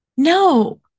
No